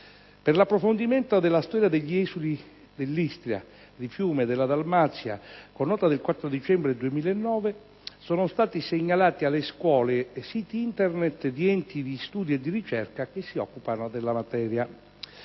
Per l'approfondimento della storia degli esuli dell'Istria, di Fiume e della Dalmazia, con nota del 4 dicembre 2009, sono stati segnalati alle scuole siti Internet di enti di studio e di ricerca che si occupano della materia.